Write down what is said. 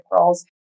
roles